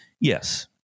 Yes